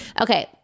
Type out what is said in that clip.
Okay